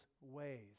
ways